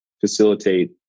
facilitate